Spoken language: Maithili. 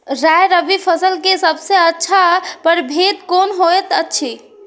राय रबि फसल के सबसे अच्छा परभेद कोन होयत अछि?